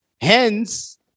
Hence